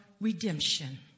redemption